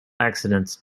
accidents